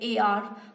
AR